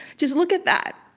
just look at that.